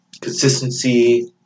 consistency